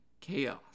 chaos